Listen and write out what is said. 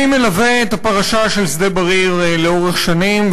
אני מלווה את הפרשה של שדה-בריר לאורך שנים,